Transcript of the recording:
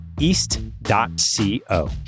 East.co